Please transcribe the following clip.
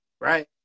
Right